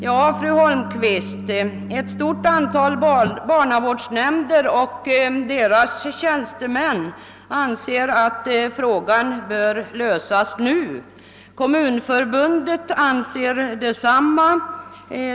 Ja, fru Holmqvist, ett stort antal barnavårdsnämnder och deras tjänstemän anser att frågan bör lösas nu och Kommunförbundet anser detsamma.